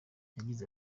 yagize